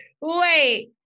Wait